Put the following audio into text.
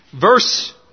verse